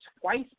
twice